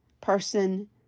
person